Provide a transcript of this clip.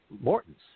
Morton's